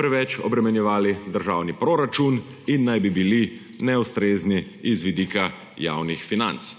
preveč obremenjevali državni proračun in naj bi bili neustrezni z vidika javnih financ.